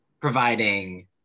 providing